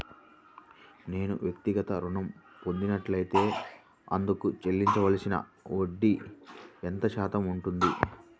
నేను వ్యక్తిగత ఋణం పొందినట్లైతే అందుకు చెల్లించవలసిన వడ్డీ ఎంత శాతం ఉంటుంది?